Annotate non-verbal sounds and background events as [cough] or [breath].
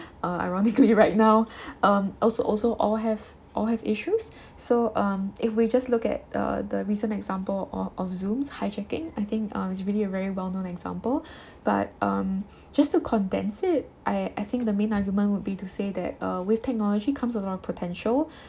err ironically right now [breath] um also all have all have issues so um if we just look at uh the recent example of of Zoom's hijacking I think uh is really a very well known example but um just to condense it I I think the main argument would be to say that uh with technology comes a lot of potential [breath]